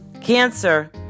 Cancer